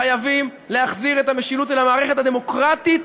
חייבים להחזיר את המשילות אל המערכת הדמוקרטית,